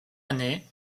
année